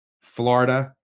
Florida